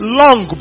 long